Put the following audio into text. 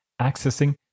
accessing